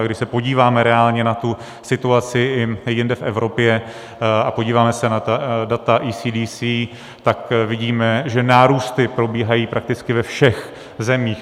A když se podíváme reálně na tu situaci i jinde v Evropě a podíváme se na ta data ECDC, tak vidíme, že nárůsty probíhají prakticky ve všech zemích.